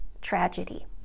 tragedy